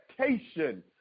expectation